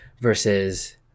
versus